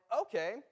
okay